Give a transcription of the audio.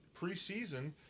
preseason